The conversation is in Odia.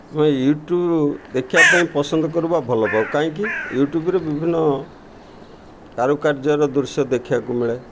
ମୁଁ ୟୁଟ୍ୟୁବ୍ ଦେଖିବା ପାଇଁ ପସନ୍ଦ କରୁ ବା ଭଲପାଉ କାହିଁକି ୟୁଟ୍ୟୁବ୍ରେ ବିଭିନ୍ନ କାରୁକାର୍ଯ୍ୟର ଦୃଶ୍ୟ ଦେଖିବାକୁ ମିଳେ